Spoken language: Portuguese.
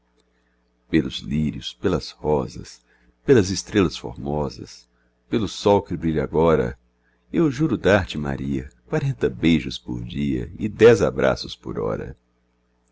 pelos lírios pelas rosas pelas estrelas formosas pelo sol que brilha agora eu juro dar-te maria quarenta beijos por dia e dez abraços por hora